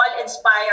inspire